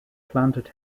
planted